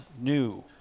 new